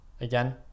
again